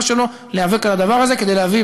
שלו להיאבק על הדבר הזה כדי להביא,